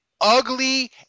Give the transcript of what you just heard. ugly